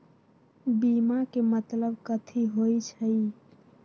बीमा के मतलब कथी होई छई?